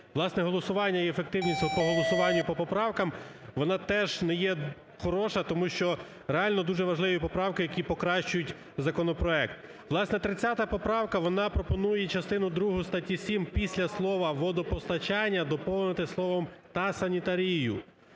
Власне, голосування і ефективність по голосуванню, по поправкам, вона теж не є хороша, тому що реально дуже важливі поправки, які покращують законопроект. Власне, 30 поправка, вона пропонує частину другу статті 7 після слова "водопостачання" доповнити словом "та санітарією".